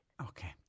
Okay